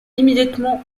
immédiatement